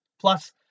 Plus